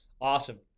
Awesome